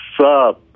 sub